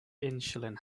insulin